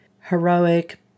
heroic